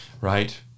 right